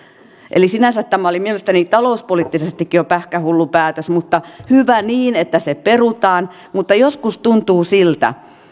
eli sinänsä tämä oli mielestäni talouspoliittisestikin jo pähkähullu päätös mutta hyvä niin että se perutaan mutta joskus tuntuu siltä